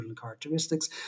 characteristics